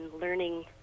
learning